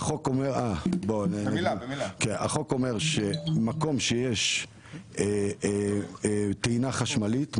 החוק אומר שמקום שיש טעינה חשמלית,